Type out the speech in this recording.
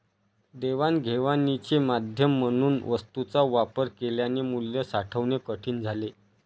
देवाणघेवाणीचे माध्यम म्हणून वस्तूंचा वापर केल्याने मूल्य साठवणे कठीण झाले